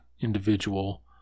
individual